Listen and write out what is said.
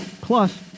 Plus